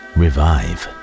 revive